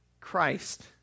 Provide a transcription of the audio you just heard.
Christ